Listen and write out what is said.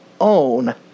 own